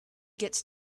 gets